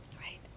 Right